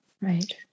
Right